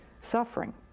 suffering